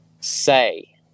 say